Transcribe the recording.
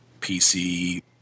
PC